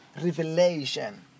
revelation